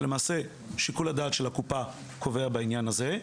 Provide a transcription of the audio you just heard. למעשה שיקול הדעת של הקופה קובע בעניין הזה.